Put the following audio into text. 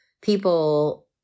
people